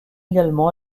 également